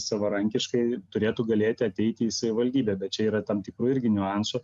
savarankiškai turėtų galėti ateiti į savivaldybę bet čia yra tam tikrų irgi niuansų